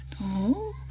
No